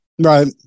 Right